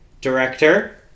Director